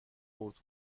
خرد